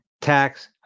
tax